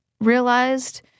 realized